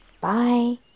Bye